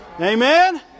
Amen